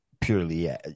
purely